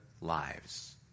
lives